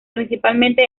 principalmente